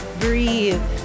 breathe